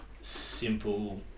simple